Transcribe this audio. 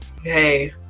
Hey